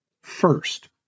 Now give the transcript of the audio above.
First